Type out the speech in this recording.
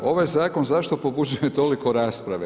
Ovaj zakon zašto pobuđuje toliko rasprave?